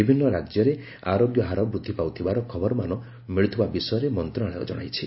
ବିଭିନ୍ନ ରାଜ୍ୟରେ ଆରୋଗ୍ୟ ହାର ବୃଦ୍ଧି ପାଉଥିବାର ଖବରମାନ ମିଳୁଥିବା ବିଷୟରେ ମନ୍ତ୍ରଣାଳୟ ଜଣାଇଛି